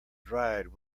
dried